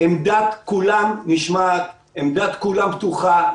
עמדת כולם נשמעת, עמדת כולם פתוחה.